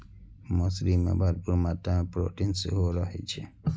मौसरी मे भरपूर मात्रा मे प्रोटीन सेहो रहै छै